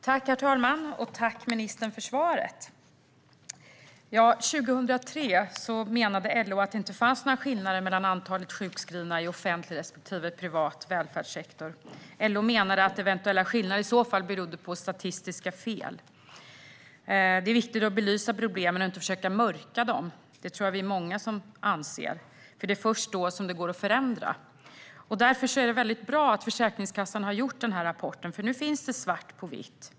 Herr talman! Jag tackar ministern för svaret. År 2003 menade LO att det inte fanns några skillnader i antalet sjukskrivna i offentlig respektive privat välfärdssektor. LO menade att eventuella skillnader i så fall berodde på statistiska fel. Det är viktigt att belysa problemen och inte försöka mörka dem. Det tror jag att vi är många som anser, för det är först då detta går att förändra. Därför är det väldigt bra att Försäkringskassan har gjort den här rapporten, för nu finns det svart på vitt.